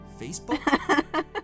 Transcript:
Facebook